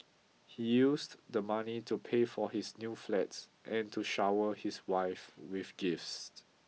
he used the money to pay for his new flats and to shower his wife with gifts